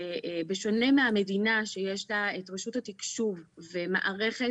שבשונה מהמדינה שיש לה את רשות התקשוב ומערכת